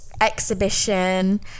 Exhibition